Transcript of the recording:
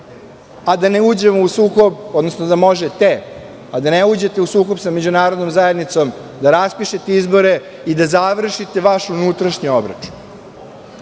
i da ne uđemo u sukob, odnosno da možete, a da ne uđete u sukob sa međunarodnom zajednicom, da raspišete izbore i da završite vaš unutrašnji obračun? Da